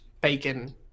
bacon